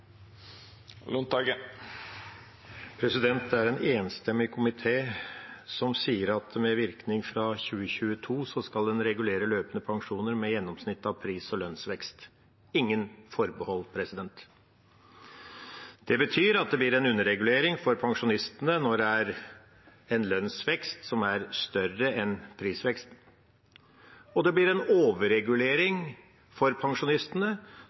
regulere løpende pensjoner med gjennomsnittet av pris- og lønnsvekst – ingen forbehold. Det betyr at det blir en underregulering for pensjonistene når det er en lønnsvekst som er større enn prisveksten, og det blir en overregulering for pensjonistene